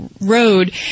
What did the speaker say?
road